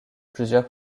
plusieurs